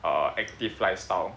uh active lifestyle